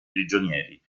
prigionieri